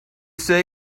say